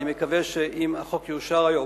אני מקווה שאם החוק יאושר היום,